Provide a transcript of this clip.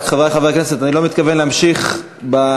חברי חברי הכנסת, אני לא מתכוון להמשיך בדיון